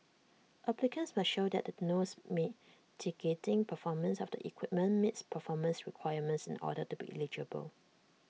applicants must show that the nose mitigating performance of the equipment meets performance requirements in order to be eligible